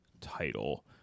title